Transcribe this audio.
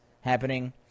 happening